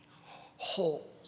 whole